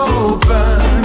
open